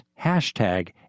hashtag